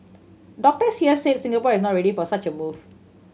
doctors here said Singapore is not ready for such a move